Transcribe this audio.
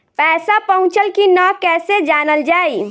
पैसा पहुचल की न कैसे जानल जाइ?